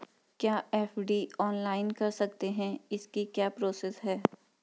क्या FD online कर सकते हैं इसकी क्या प्रोसेस है?